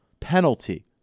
penalty